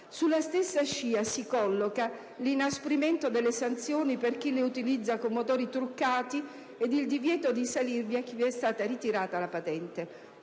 Sulla stessa scia si colloca l'inasprimento delle sanzioni per chi le utilizza con motori truccati e il divieto di salirvi a chi è stata ritirata la patente.